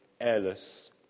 airless